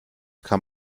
kann